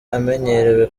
amenyerewe